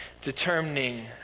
determining